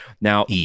Now